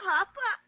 Papa